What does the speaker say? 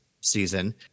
season